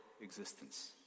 existence